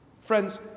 Friends